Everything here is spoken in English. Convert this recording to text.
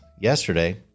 yesterday